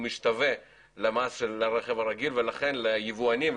משתווה למס של הרכב הרגיל ולכן ליבואנים,